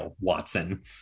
Watson